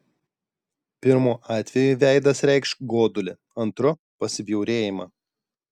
pirmu atveju veidas reikš godulį antru pasibjaurėjimą